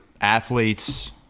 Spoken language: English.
athletes